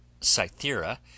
Cythera